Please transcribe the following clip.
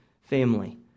family